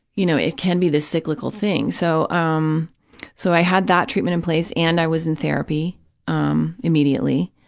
you know, it can be this cyclical thing. so, um so i had that treatment in place, and i was in therapy um immediately,